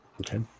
okay